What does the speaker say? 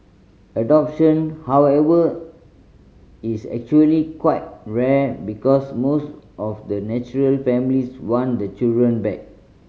adoption however is actually quite rare because most of the natural families want the children back